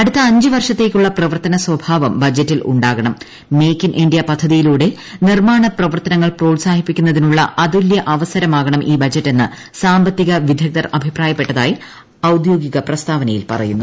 അടുത്ത അഞ്ച് വർഷത്തേക്കുള്ള പ്രവർത്തന സ്വഭാവം ബജറ്റിൽ ഉണ്ടാകണം മെയ്ക്ക് ഇൻ ഇന്ത്യ പദ്ധതിയി ലൂടെ നിർമ്മാണ പ്രവർത്തനങ്ങൾ പ്രോത്സാഹിക്കുന്നതിനുള്ള അതുല്യ അവസരമാകണം ഈ ബജറ്റെന്ന് സാമ്പത്തിക വിദഗ്ദ്ധർ അഭിപ്രായപ്പെട്ടതായി ഔദ്യോഗിക പ്രസ്ത്യാവനയിൽ പറയുന്നു